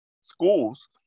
schools